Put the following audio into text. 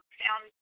found